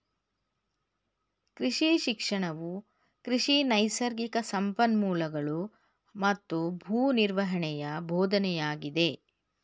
ಕೃಷಿ ಶಿಕ್ಷಣವು ಕೃಷಿ ನೈಸರ್ಗಿಕ ಸಂಪನ್ಮೂಲಗಳೂ ಮತ್ತು ಭೂ ನಿರ್ವಹಣೆಯ ಬೋಧನೆಯಾಗಿದೆ